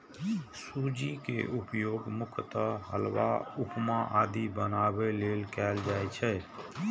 सूजी के उपयोग मुख्यतः हलवा, उपमा आदि बनाबै लेल कैल जाइ छै